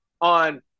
on